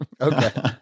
Okay